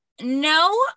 No